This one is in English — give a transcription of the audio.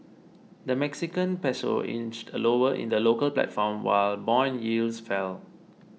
the Mexican Peso inched lower in the local platform while bond yields fell